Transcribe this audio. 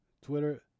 Twitter